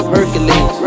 Hercules